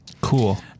Cool